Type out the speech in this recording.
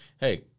hey